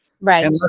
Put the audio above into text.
Right